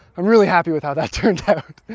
i'm really happy with how that turned out.